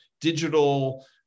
digital